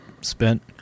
spent